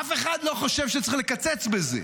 אף אחד לא חושב שצריך לקצץ בזה.